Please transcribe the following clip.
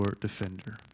defender